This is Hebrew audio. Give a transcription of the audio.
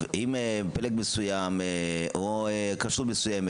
אם פלג מסוים או כשרות מסוימת,